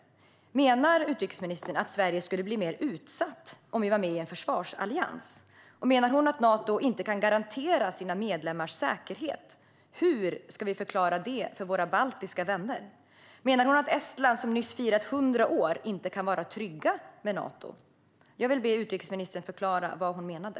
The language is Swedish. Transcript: Menar utrikesministern att Sverige skulle bli mer utsatt om vi var med i en försvarsallians? Och menar hon att Nato inte kan garantera sina medlemmars säkerhet? Hur ska vi förklara det för våra baltiska vänner? Menar hon att Estland, som nyss firat 100 år, inte kan vara tryggt med Nato? Jag vill be utrikesministern att förklara vad hon menade.